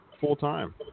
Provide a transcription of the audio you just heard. full-time